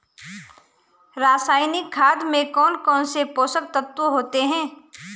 रासायनिक खाद में कौन कौन से पोषक तत्व होते हैं?